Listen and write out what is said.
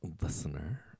listener